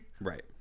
Right